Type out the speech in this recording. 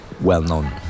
well-known